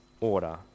order